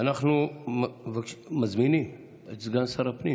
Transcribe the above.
אנחנו מזמינים את סגן שר הפנים